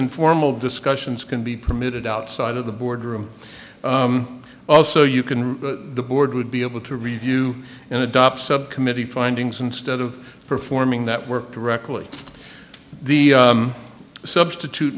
informal discussions can be permitted outside of the board room also you can the board would be able to review and adopt subcommittee findings instead of performing that work directly the substitute